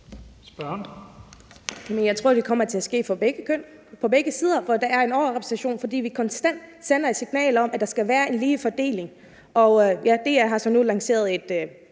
(LA): Jeg tror, det kommer til at ske for begge køn, for begge sider, hvor der er en overrepræsentation, fordi vi konstant sender et signal om, at der skal være en lige fordeling. Ja, DR har så nu lanceret en